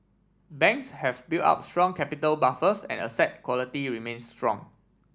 banks have built up strong capital buffers and asset quality remains strong